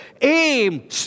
Aim